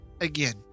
again